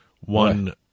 One